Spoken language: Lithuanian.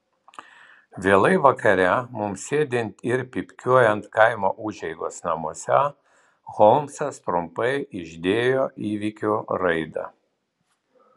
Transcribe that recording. vėlai vakare mums sėdint ir pypkiuojant kaimo užeigos namuose holmsas trumpai išdėjo įvykių raidą